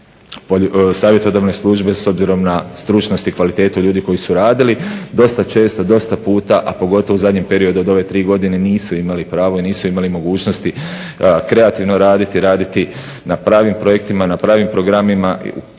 savjetodavne službe. S obzirom na stručnost i kvalitetu ljudi koji su radili dosta često, dosta puno, a pogotovo u zadnjem periodu od ove 3 godine nisu imali pravo i nisu imali mogućnost kreativno raditi, raditi na pravim projektima, na pravim programima.